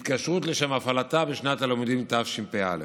התקשרות לשם הפעלתה בשנת הלימודים תשפ"א.